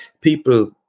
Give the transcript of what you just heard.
people